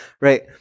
right